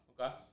okay